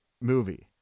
movie